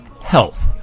health